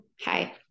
hi